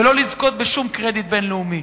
ולא לזכות בשום קרדיט בין-לאומי.